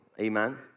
Amen